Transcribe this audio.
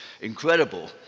incredible